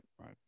right